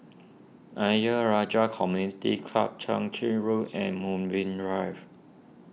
Ayer Rajah Community Club Chwee Chian Road and Moonbeam Drive